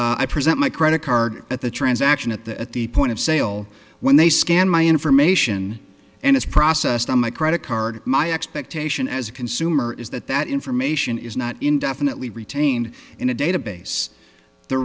and i present my credit card at the transaction at the at the point of sale when they scan my information and it's processed on my credit card my expectation as a consumer is that that information is not indefinitely retained in a database the